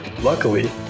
Luckily